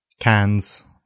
Cans